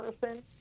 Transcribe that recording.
person